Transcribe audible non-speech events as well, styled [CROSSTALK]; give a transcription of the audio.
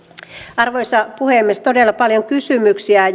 arvoisa puhemies todella paljon kysymyksiä [UNINTELLIGIBLE]